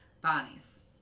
Bonnie's